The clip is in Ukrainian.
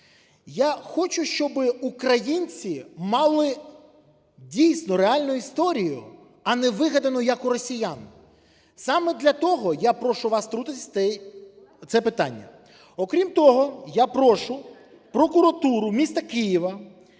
Я хочу, щоб українці мали дійсно реальну історію, а не вигадану, як у росіян. Саме для того я прошу вас втрутитися в це питання. Окрім того, я прошу прокуратуру міста Києва